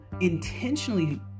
intentionally